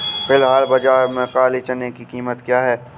फ़िलहाल बाज़ार में काले चने की कीमत क्या है?